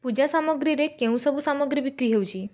ପୂଜା ସାମଗ୍ରୀରେ କେଉଁସବୁ ସାମଗ୍ରୀ ବିକ୍ରି ହେଉଛି